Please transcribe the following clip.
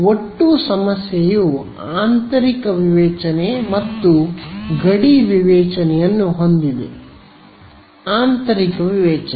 ಒಟ್ಟು ಸಮಸ್ಯೆಯು ಆಂತರಿಕ ವಿವೇಚನೆ ಮತ್ತು ಗಡಿ ವಿವೇಚನೆಯನ್ನು ಹೊಂದಿದೆ ಆಂತರಿಕ ವಿವೇಚನೆ